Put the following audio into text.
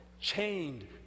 chained